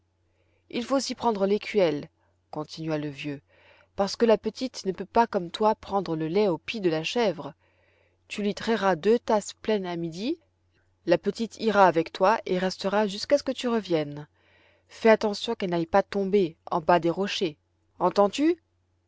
il faut aussi prendre l'écuelle continua le vieux parce que la petite ne peut pas comme toi prendre le lait au pis de la chèvre tu lui trairas deux tasses pleines à midi la petite ira avec toi et restera jusqu'à ce que tu reviennes fais attention qu'elle n'aille pas tomber en bas des rochers entends-tu